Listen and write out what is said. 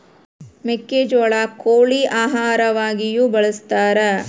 ಮೆಕ್ಕೆಜೋಳ ಕೋಳಿ ಆಹಾರವಾಗಿಯೂ ಬಳಸತಾರ